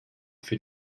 für